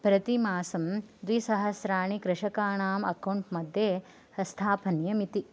प्रतिमासं द्विसहस्राणि कृषकाणां अकौण्ट् मध्ये स्थापनीयम् इति